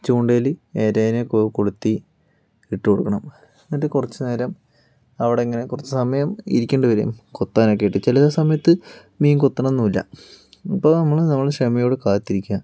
ചൂണ്ടയില് ഇരേനെ കൊളുത്തി ഇട്ടുകൊടുക്കണം എന്നിട്ട് കുറച്ചുനേരം അവിടെ ഇങ്ങനെ കുറച്ചു സമയം ഇരിക്കേണ്ടി വരും കൊത്താൻ ഒക്കെ ആയിട്ട് ചിലസമയത്ത് മീൻ കൊത്തണം എന്നും ഇല്ല അപ്പോൾ നമ്മൾ നമ്മൾ ക്ഷമയോടെ കാത്തിരിക്കാ